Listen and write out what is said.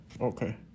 Okay